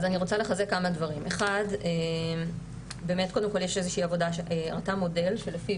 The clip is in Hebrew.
אז אני רוצה לחזק כמה דברים: קודם כל יש עבודה שהראתה מודל שלפיו